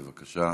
בבקשה,